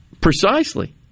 precisely